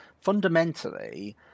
fundamentally